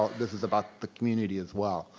this is about the community as well.